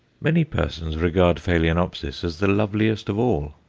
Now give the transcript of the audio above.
many persons regard phaloenopsis as the loveliest of all,